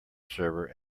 server